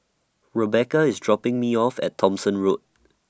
Rebecca IS dropping Me off At Thomson Road